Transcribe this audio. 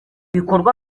ibikorwa